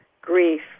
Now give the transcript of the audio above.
grief